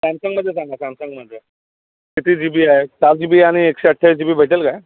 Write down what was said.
सॅमसंगमध्ये सांगा सॅमसंगमध्ये किती जी बी आहे चार जी बी आणि एकशे अठ्ठावीस जी बी भेटेल काय